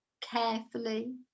carefully